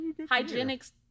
hygienics